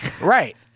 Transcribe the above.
Right